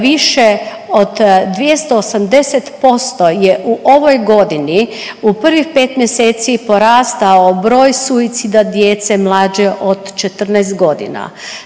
više od 280% je u ovoj godini u prvih 5 mjeseci porastao broj suicida djece mlađe od 14 godina.